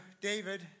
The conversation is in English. David